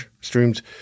streams